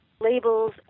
labels